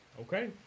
Okay